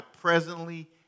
presently